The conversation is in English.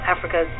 Africa